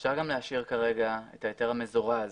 אפשר גם להשאיר כרגע את ההיתר המזורז,